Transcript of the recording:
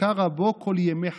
וקרא בו כל ימי חייו".